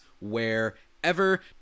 wherever